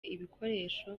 ibikoresho